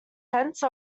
fence